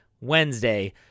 Wednesday